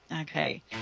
Okay